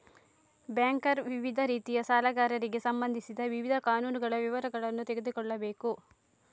banker ವಿವಿಧ ರೀತಿಯ ಸಾಲಗಾರರಿಗೆ ಸಂಬಂಧಿಸಿದ ವಿವಿಧ ಕಾನೂನುಗಳ ವಿವರಗಳನ್ನು ತಿಳಿದುಕೊಳ್ಳಬೇಕು